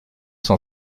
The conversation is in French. cent